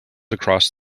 across